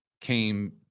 came